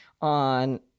on